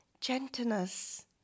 gentleness